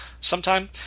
sometime